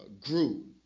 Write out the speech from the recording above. grew